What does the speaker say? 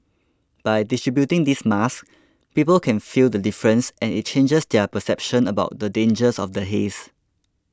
by distributing these masks people can feel the difference and it changes their perception about the dangers of the haze